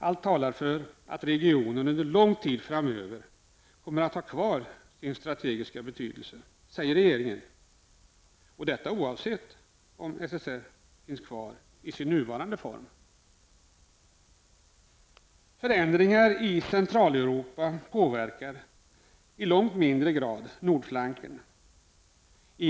Allt talar för att regionen under lång tid framöver kommer att ha kvar sin strategiska betydelse, säger regeringen, och detta oavsett om SSSR finns kvar i sin nuvarande form. Förändringar i Centraleuropa påverkas i långt mindre grad nordflanken.